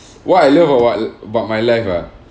what I love or what about my life ah